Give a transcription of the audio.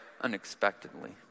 unexpectedly